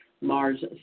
Mars